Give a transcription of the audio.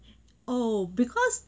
oh because